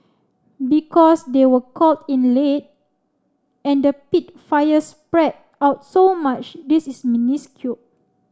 because they were called in late and the peat fire spread out so much this is minuscule